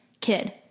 Kid